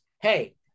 hey